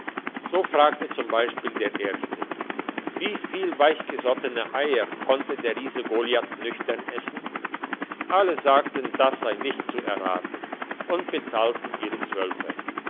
so fragte z b der erste wie viel weichgesottene eier konnte der riese goliath nüchtern essen alle sagten das sei nicht zu erraten und bezahlten ihre zwölfer